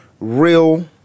real